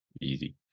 Easy